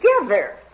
together